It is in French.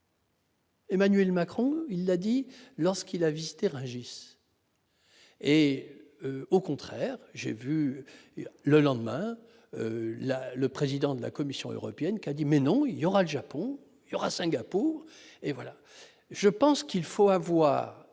Emmanuel Macron il l'a dit, lorsqu'il a visité Rungis et au contraire, j'ai vu le lendemain la le président de la Commission européenne, qui a dit : mais non, il y aura le Japon alors à Singapour et